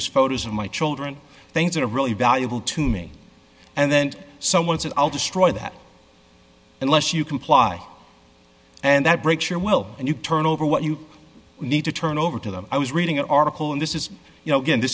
that is photos of my children things that are really valuable to me and then someone said i'll destroy that unless you comply and that breaks your will and you turn over what you need to turn over to them i was reading an article in this is you know